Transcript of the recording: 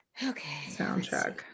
soundtrack